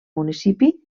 municipi